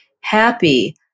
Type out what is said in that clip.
happy